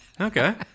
Okay